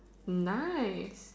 nice